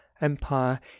empire